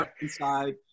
inside